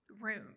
room